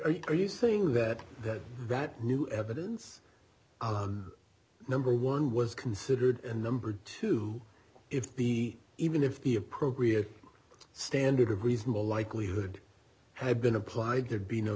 are you saying that that that new evidence number one was considered and number two if the even if the appropriate standard of reasonable likelihood had been applied there'd be no